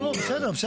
לא, לא, בסדר.